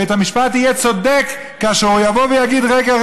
בית המשפט יהיה צודק כאשר הוא יבוא ויגיד: רגע,